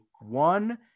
one